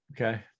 Okay